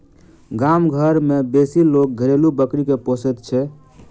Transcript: गाम घर मे बेसी लोक घरेलू बकरी के पोसैत छै